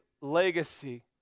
legacy